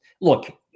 look